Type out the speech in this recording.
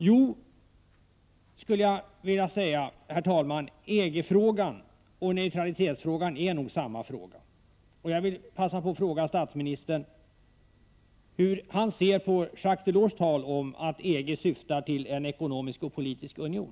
Jo, skulle jag vilja säga, herr talman, EG-frågan och neutralitetsfrågan är nog samma fråga. Jag vill passa på och fråga statsministern hur han ser på Jacques Delors tal om att EG syftar till en ekonomisk och politisk union.